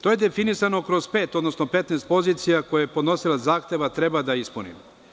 To je definisano kroz pet, odnosno 15 pozicija koje podnosilac zahteva treba da ispuni.